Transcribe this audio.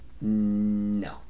No